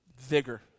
vigor